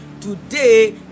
today